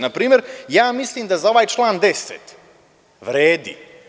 Na primer, ja mislim da za ovaj član 10. vredi.